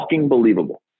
believable